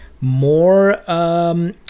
more